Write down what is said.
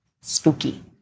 spooky